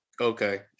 Okay